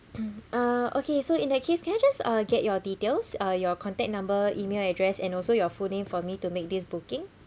uh okay so in that case can I just uh get your details uh your contact number email address and also your full name for me to make this booking